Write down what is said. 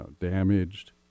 damaged